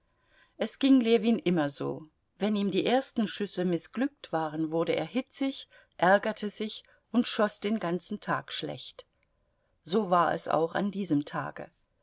es ging ljewin immer so wenn ihm die ersten schüsse mißglückt waren wurde er hitzig ärgerte sich und schoß den ganzen tag schlecht so war es auch an diesem tage